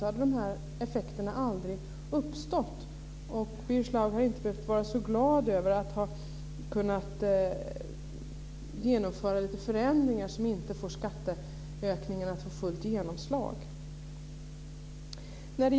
Då hade dessa effekter aldrig uppstått, och Birger Schlaug hade inte behövt vara så glad över att ha kunnat genomföra lite förändringar som inte får skatteökningarna att få fullt genomslag.